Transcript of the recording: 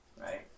Right